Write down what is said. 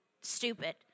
stupid